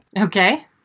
Okay